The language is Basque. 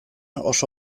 oso